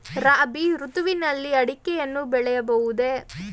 ರಾಬಿ ಋತುವಿನಲ್ಲಿ ಅಡಿಕೆಯನ್ನು ಬೆಳೆಯಬಹುದೇ?